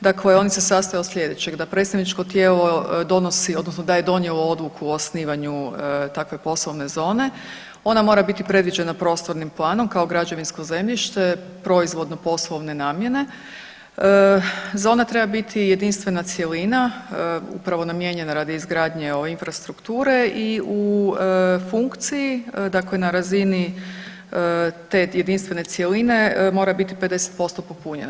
Dakle, oni se sastoje od slijedećeg, da predstavničko tijelo donosi odnosno da je donijelo odluku o osnivanju takve poslovne zone, ona mora biti predviđena prostornim planom kao građevinsko zemljište proizvodno poslovne namjene, zona treba biti jedinstvena cjelina upravo namijenjena radi izgradnje ove infrastrukture i u funkciji dakle na razini te jedinstvene cjeline mora biti 50% popunjena.